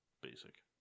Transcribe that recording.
Basic